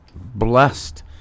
blessed